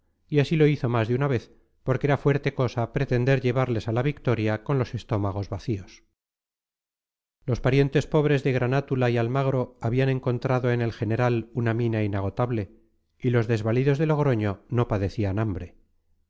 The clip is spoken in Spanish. y así lo hizo más de una vez porque era fuerte cosa pretender llevarles a la victoria con los estómagos vacíos los parientes pobres de granátula y almagro habían encontrado en el general una mina inagotable y los desvalidos de logroño no padecían hambre